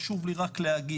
חשוב לי רק להגיד,